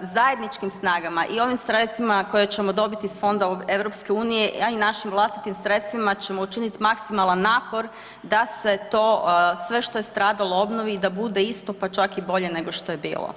zajedničkim snagama i ovim sredstvima koje ćemo dobiti iz Fonda EU, a i našim vlastitim sredstvima ćemo učiniti maksimalan napor da se to, sve što je stradalo obnovi i da bude isto pa čak i bolje nego što je bilo.